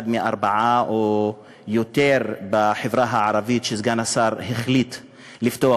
אחד מארבעה או יותר בחברה הערבית שסגן השר החליט לפתוח.